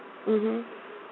mmhmm